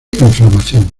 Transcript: inflamación